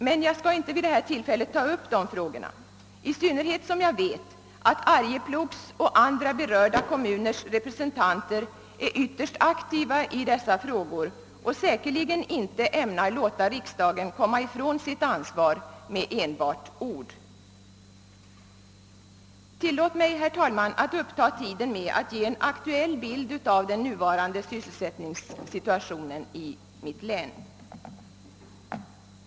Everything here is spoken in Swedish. Jag skall emellertid inte vid detta tillfälle ta upp den saken, i synnerhet som jag vet att Arjeplogs och andra berörda kommuners representanter är ytterst aktiva i dessa frågor och säkerligen inte ämnar låta riksdagen komma ifrån sitt ansvar med enbart ord. Tillåt mig att i stället uppta tiden med att ge en aktuell bild av det nuvarande sysselsättningsläget i länet.